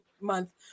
month